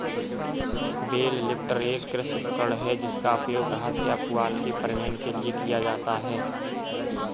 bell lifter एक कृषि उपकरण है जिसका उपयोग घास या पुआल के परिवहन के लिए किया जाता है